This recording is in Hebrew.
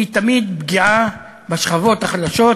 היא תמיד פגיעה בשכבות החלשות,